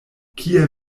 kie